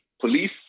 police